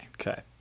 okay